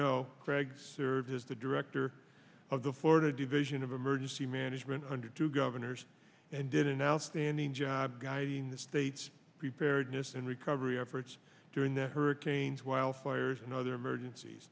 know greg serves as the director of the florida division of emergency management under two governors and did an outstanding job guiding the state's preparedness and recovery efforts during the hurricanes wildfires and other emergencies